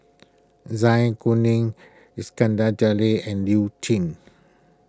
Zai Kuning Iskandar Jalil and Liu